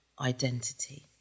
identity